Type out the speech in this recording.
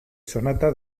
sonata